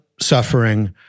suffering